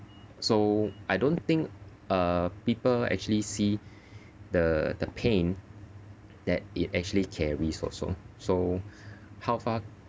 so I don't think uh people actually see the the pain that it actually carries also so how far